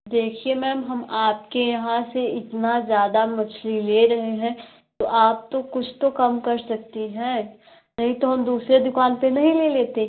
देखिए मैम हम आपके यहाँ से इतना ज़्यादा मछली ले रहे हैं तो आप तो कुछ तो कम कर सकती हैं नहीं तो हम दूसरे दुकान पर नहीं ले लेते